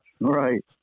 right